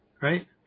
right